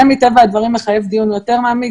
זה מטבע הדברים מחייב דיון יותר מעמיק,